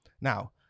Now